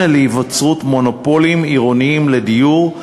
של היווצרות מונופולים עירוניים לדיור.